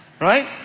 right